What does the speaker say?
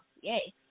yay